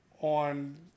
On